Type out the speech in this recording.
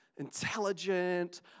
intelligent